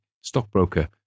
stockbroker